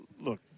look